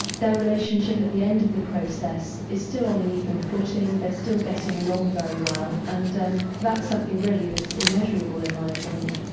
their relationship at the end of the process is still on an even footing, they're still getting along very well, and um that's something really that's immeasurable, in my opinion.